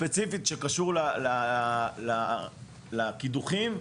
שקשור ספציפית לקידוחים,